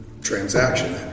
transaction